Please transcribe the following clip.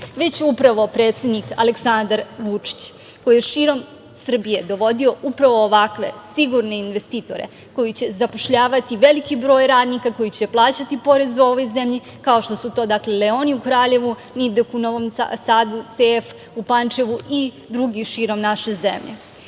već upravo predsednik Aleksandar Vučić koji je širom Srbije dovodio upravo ovakve sigurne investitore, koji će zapošljavati veliki broj radnika koji će plaćati porez ovog zemlji, kao što su to „Leoni“ u Kraljevu, „Nidek“ u Novom Sadu, CF u Pančevu i drugi širom naše zemlje. Upravo